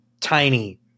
tiny